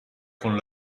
con